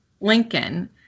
Lincoln